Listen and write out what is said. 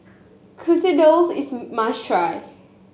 quesadillas is must try